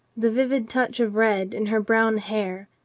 the vivid touch of red in her brown hair,